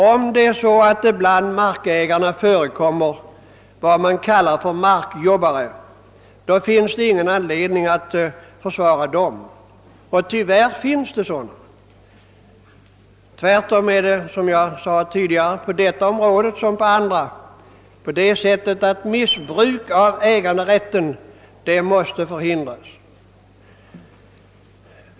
Om det bland markägarna förekommer vad man kallar markjobbare finns det ingen anledning att försvara dem, och tyvärr finns det sådana. Tvärtom måste, som jag sade tidigare, på detta område som på andra missbruk av äganderätten förhindras.